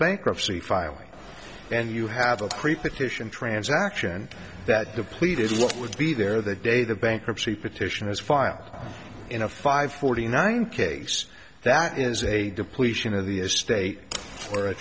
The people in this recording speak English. bankruptcy filing and you have a creep the titian transaction that depleted what would be there the day the bankruptcy petition was filed in a five forty nine case that is a depletion of the estate or a